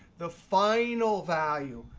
the final value,